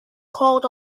called